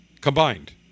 combined